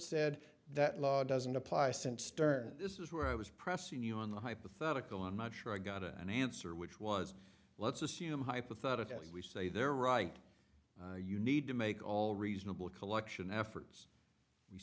said that law doesn't apply since stern this is where i was pressing you on the hypothetical i'm not sure i got an answer which was let's assume hypothetically if we say they're right you need to make all reasonable collection efforts we